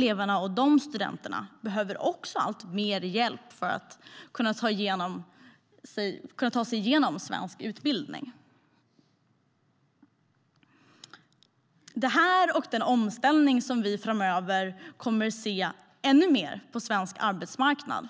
Dessa elever behöver också alltmer hjälp för att kunna ta sig igenom svensk utbildning. Detta och den omställning som vi framöver kommer att se ännu mer på svensk arbetsmarknad